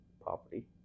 property